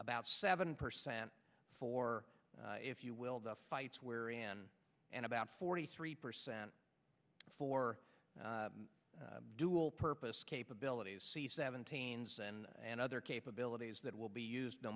about seven percent for if you will the fights where in and about forty three percent for dual purpose capabilities see seventeen's and and other capabilities that will be used no